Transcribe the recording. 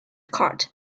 cut